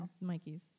Mikey's